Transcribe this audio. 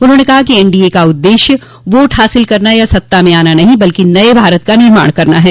उन्होंने कहा कि एनडीए का उद्देश्य वोट हासिल करना या सत्ता में आना नहीं बल्कि नये भारत का निर्माण करना है